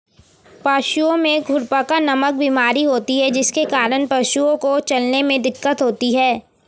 पशुओं में खुरपका नामक बीमारी होती है जिसके कारण पशुओं को चलने में दिक्कत होती है